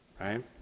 right